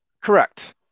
Correct